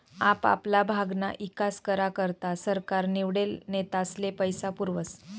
आपापला भागना ईकास करा करता सरकार निवडेल नेतास्ले पैसा पुरावस